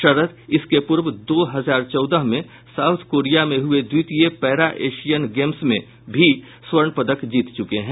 शरद इसके पूर्व दो हजार चौदह में साउथ कोरिया में हुये द्वितीय पैरा एशियन गेम्स में भी स्वर्ण पदक जीत चुके हैं